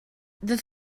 this